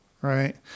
Right